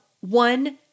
one